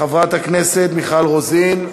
חברת הכנסת מיכל רוזין,